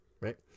right